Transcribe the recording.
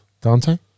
Dante